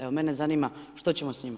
Evo mene zanima što ćemo s njima.